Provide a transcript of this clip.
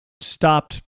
stopped